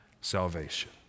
salvation